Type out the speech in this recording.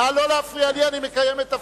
נא לא להפריע לי, אני מקיים את תפקידי.